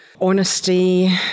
honesty